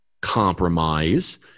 compromise